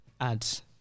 ads